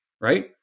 Right